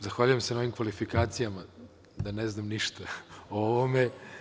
Zahvaljujem se na ovim kvalifikacijama da ne znam ništa o ovome.